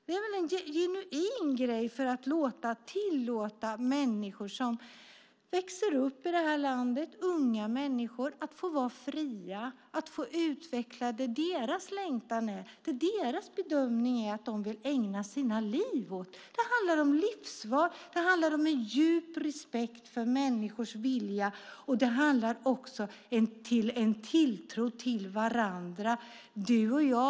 Det är en genuin grej för att tillåta människor som växer upp i det här landet, unga människor, att få vara fria och utveckla det som de längtar efter och bedömer att de vill ägna sina liv åt. Det handlar om livsval, det handlar om en djup respekt för människors vilja och det handlar också om tilltro till varandra.